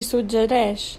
suggereix